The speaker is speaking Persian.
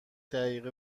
دقیقه